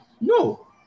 No